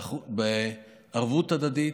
בערבות הדדית,